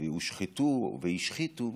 והושחתו והשחיתו,